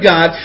God